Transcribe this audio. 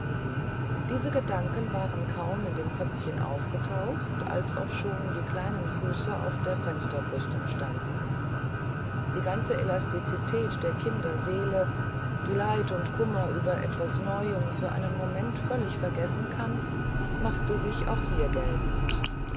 diese gedanken waren kaum in dem köpfchen aufgetaucht als auch schon die kleinen füße auf der fensterbrüstung standen die ganze elastizität der kinderseele die leid und kummer über etwas neuem für einen moment völlig vergessen kann machte sich auch hier geltend